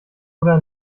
oder